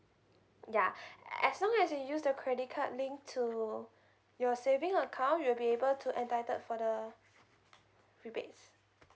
ya as long as you use the credit card linked to your saving account you will be able to entitled for the rebates